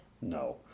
no